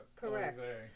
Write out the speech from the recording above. Correct